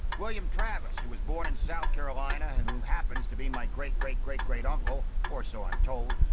william travis, who was born in south carolina, and who happens to be my great great-great-great-uncle, or so i'm told,